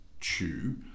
chew